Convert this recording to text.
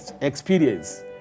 experience